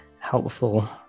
Helpful